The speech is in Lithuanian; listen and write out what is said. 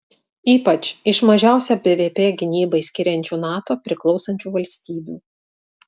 ypač iš mažiausią bvp gynybai skiriančių nato priklausančių valstybių